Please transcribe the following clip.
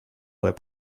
where